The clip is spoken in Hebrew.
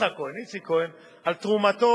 יצחק כהן, איציק כהן, על תרומתו